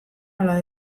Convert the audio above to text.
ala